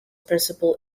principal